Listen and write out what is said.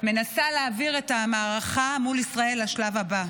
מנסה להעביר את המערכה מול ישראל לשלב הבא.